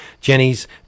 Jenny's